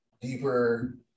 deeper